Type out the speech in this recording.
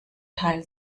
teil